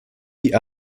die